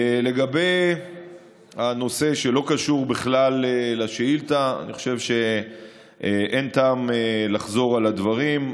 לגבי הנושא שלא קשור בכלל לשאילתה אני חושב שאין טעם לחזור על הדברים.